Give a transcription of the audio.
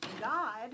God